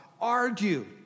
argue